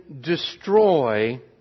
destroy